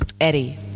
Eddie